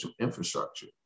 infrastructure